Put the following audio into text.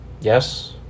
Yes